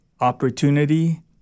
opportunity